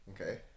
Okay